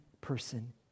person